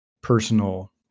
personal